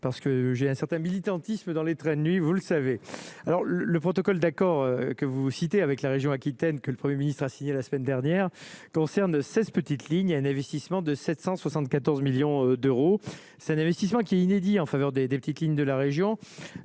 parce que j'ai un certain militantisme dans les trains de nuit, vous le savez, alors le protocole d'accord que vous citez, avec la région Aquitaine que le 1er ministre a signé la semaine dernière, concerne 16 petites lignes et un investissement de 774 millions d'euros, c'est un investissement qui est inédit en faveur des des petites lignes de la région,